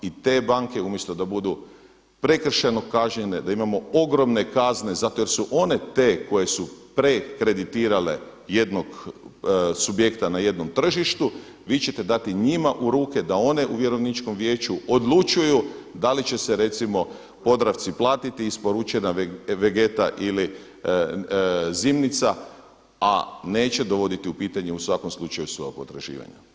I te banke umjesto da budu prekršajno kažnjene, da imamo ogromne kazne zato jer su one te koje su prekreditirale jednog subjekta na jednom tržištu, vi ćete dati njima u ruke da one u vjerovničkom vijeću odlučuju da li će se recimo Podravci platiti isporučena vegeta ili zimnica a neće dovoditi u pitanje u svakom slučaju svoja potraživanja.